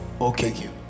okay